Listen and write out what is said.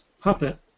Puppet